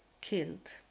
killed